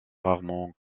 rarement